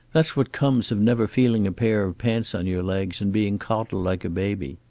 that's what comes of never feeling a pair of pants on your legs and being coddled like a baby.